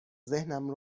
ذهنم